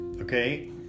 Okay